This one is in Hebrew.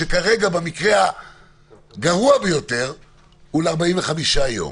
שכרגע במקרה הגרוע ביותר הוא ל-45 יום.